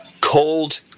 cold